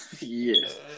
Yes